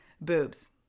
boobs